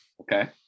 Okay